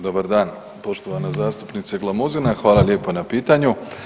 Dobar dan poštovana zastupnice Glamuzina, hvala lijepa na pitanju.